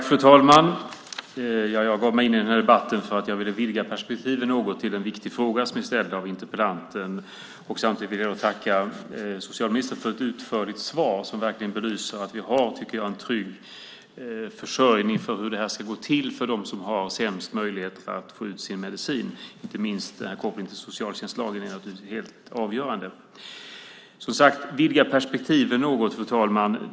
Fru talman! Jag ger mig in i den här debatten för att jag vill vidga perspektiven något i en viktig fråga som är ställd av interpellanten. Samtidigt vill jag tacka socialministern för ett utförligt svar som verkligen belyser tryggheten för dem som har sämst möjligheter att få ut sin medicin. Inte minst är naturligtvis kopplingen till socialtjänstlagen helt avgörande. Jag vill som sagt vidga perspektiven något, fru talman.